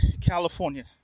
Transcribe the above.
California